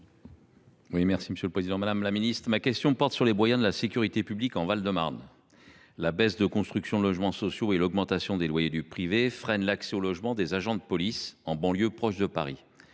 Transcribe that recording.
ministre de l’intérieur. Madame la ministre, ma question porte sur les moyens de la sécurité publique en Val de Marne. La baisse de la construction de logements sociaux et l’augmentation des loyers du privé freinent l’accès aux logements des agents de police en banlieue proche de Paris.